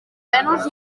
venus